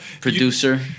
producer